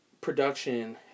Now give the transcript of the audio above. production